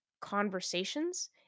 conversations